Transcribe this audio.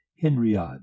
Henriade